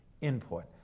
input